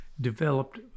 developed